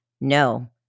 No